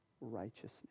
righteousness